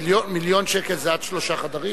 מיליון שקל זה עד שלושה חדרים?